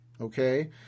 Okay